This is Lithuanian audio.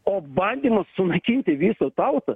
o bandymą sunaikinti visą tautą